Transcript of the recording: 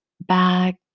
back